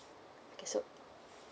okay so